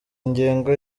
ingengo